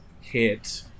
hit